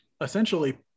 essentially